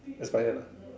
expired ah